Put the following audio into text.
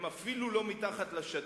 הם אפילו לא מתחת לשטיח,